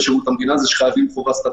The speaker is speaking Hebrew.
שירות המדינה הוא שחייבים חובה סטטוטורית.